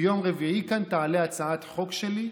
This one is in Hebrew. ביום רביעי תעלה הצעת חוק שלי,